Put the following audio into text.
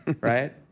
right